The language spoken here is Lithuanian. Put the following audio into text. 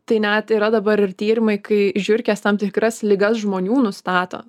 tai net yra dabar ir tyrimai kai žiurkės tam tikras ligas žmonių nustato